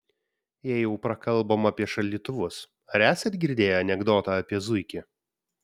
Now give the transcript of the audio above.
jei jau prakalbom apie šaldytuvus ar esat girdėję anekdotą apie zuikį